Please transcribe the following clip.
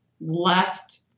left